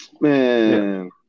man